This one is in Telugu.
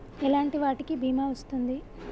ఎలాంటి వాటికి బీమా వస్తుంది?